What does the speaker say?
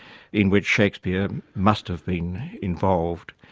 in which shakespeare must've been involved,